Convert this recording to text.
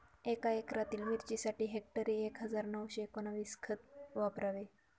एका एकरातील मिरचीसाठी हेक्टरी एक हजार नऊशे एकोणवीस खत वापरावे